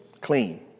Clean